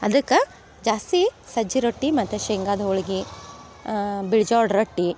ಅದಕ್ಕ ಜಾಸ್ತಿ ಸಜ್ಜಿ ರೊಟ್ಟಿ ಮತ್ತು ಶೇಂಗದ ಹೋಳಿಗಿ ಬಿಳ್ ಜೋಳ ರೊಟ್ಟಿ